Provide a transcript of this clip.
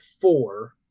four